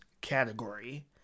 category